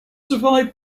survived